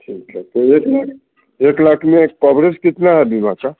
ठीक है तो एक मिनट एक लाख में एक कवरेज कितना है बीमा का